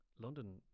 London